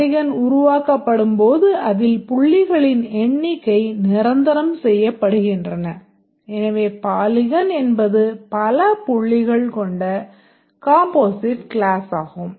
polygon உருவாக்கப்படும்போது அதில் புள்ளிகளின் எண்ணிக்கை நிரந்தரம் செய்யப்படுகின்றன எனவே பாலிகன் என்பது பல புள்ளிகள் கொண்ட காம்போசிட் க்ளாஸாகும்